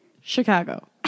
Chicago